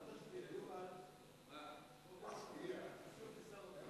סעיף 1